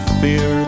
fear